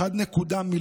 1.8